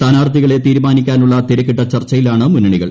സ്ഥാനാർത്ഥികളെ തീരുമാനിക്കാനുള്ള തിരക്കിട്ട ചർച്ചയില്ലാണ് മുന്നണികൾ